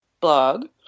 blog